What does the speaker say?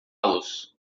los